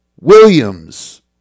Williams